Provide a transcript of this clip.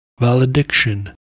Valediction